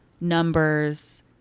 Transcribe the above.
numbers –